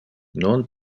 non